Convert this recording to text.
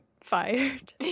fired